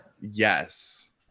Yes